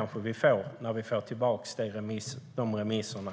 När vi får remissvaren kanske vi får